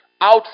Out